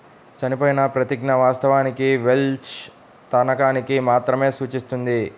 చనిపోయిన ప్రతిజ్ఞ, వాస్తవానికి వెల్ష్ తనఖాని మాత్రమే సూచిస్తుంది